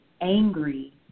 angry